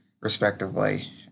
respectively